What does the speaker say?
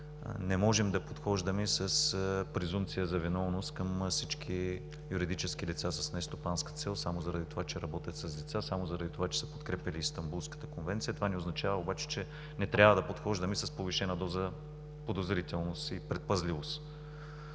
Не можем да подхождаме с презумпция за виновност към всички юридически лица с нестопанска цел, само заради това че работят с деца, само заради това че са подкрепяли Истанбулската конвенция. Това не означава обаче, че не трябва да подхождаме с повишена доза подозрителност и предпазливост.